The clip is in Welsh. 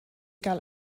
gael